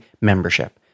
membership